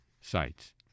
sites